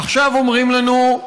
עכשיו אומרים לנו: